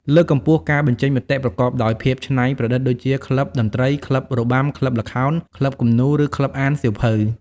លើកកម្ពស់ការបញ្ចេញមតិប្រកបដោយភាពច្នៃប្រឌិត ដូចជា ក្លឹបតន្ត្រី ក្លឹបរបាំ ក្លឹបល្ខោន ក្លឹបគំនូរ ឬក្លឹបអានសៀវភៅ។